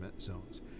zones